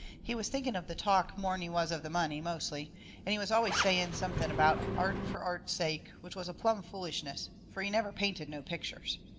he was thinking of the talk more'n he was of the money, mostly and he was always saying something about art fur art's sake, which was plumb foolishness, fur he never painted no pictures.